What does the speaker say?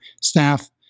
staff